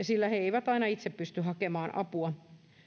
sillä he eivät aina itse pysty hakemaan apua